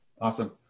Awesome